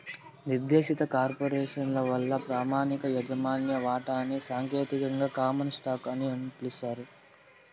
నిర్దేశిత కార్పొరేసను వల్ల ప్రామాణిక యాజమాన్య వాటాని సాంకేతికంగా కామన్ స్టాకు అని పిలుస్తారు